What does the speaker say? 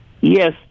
Yes